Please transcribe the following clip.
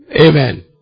Amen